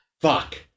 fuck